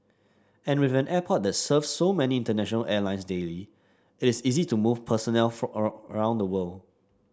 and with an airport that serves so many international airlines daily it is easy to move personnel for all around the world